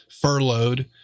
furloughed